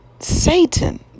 Satan